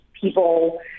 people